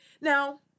Now